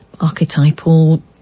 archetypal